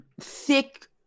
thick